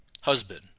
husband